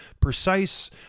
precise